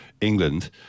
England